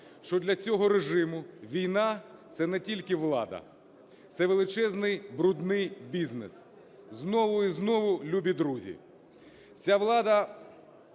що для цього режиму війна – це не тільки влада, це величезний брудний бізнес, знову і знову "любі друзі". Ця влада